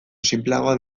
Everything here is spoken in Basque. sinpleagoak